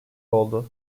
oldu